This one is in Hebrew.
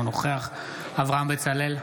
אינו נוכח אברהם בצלאל,